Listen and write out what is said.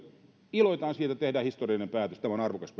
iloitaan siitä että tehdään historiallinen päätös tämä on arvokas